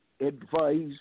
advice